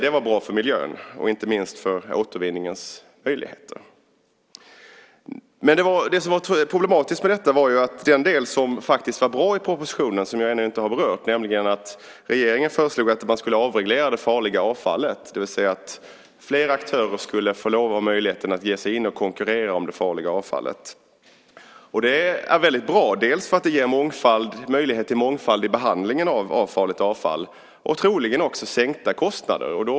Det var bra för miljön, inte minst för återvinningens möjligheter. Det problematiska var den del som faktiskt var bra i propositionen, som jag ännu inte har berört, nämligen att regeringen föreslog en avreglering av hanteringen av det farliga avfallet. Det var alltså fråga om att fler aktörer skulle få lov och ha möjligheten att konkurrera om hanteringen av det farliga avfallet. Det är bra dels för att det ger möjlighet till mångfald i behandlingen av farligt avfall, dels troligen innebär sänkta kostnader.